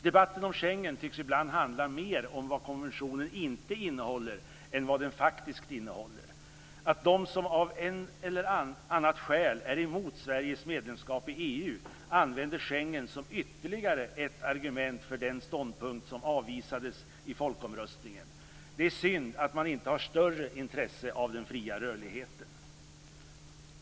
Debatten om Schengen tycks ibland handla mer om vad konventionen inte innehåller än vad den faktiskt innehåller. Av dem som av ett eller annat skäl är emot Sveriges medlemskap i EU används Schengen som ytterligare ett argument för den ståndpunkt som avvisades i folkomröstningen. Det är synd att man inte har större intresse av den fria rörligheten.